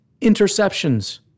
interceptions